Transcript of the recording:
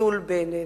פסול בעינינו.